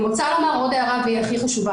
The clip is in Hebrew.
אני רוצה לומר עוד הערה שהיא הכי חשובה